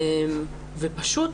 הן פשוט